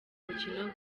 mukino